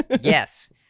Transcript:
Yes